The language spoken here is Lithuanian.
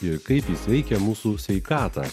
ir kaip jis veikia mūsų sveikatą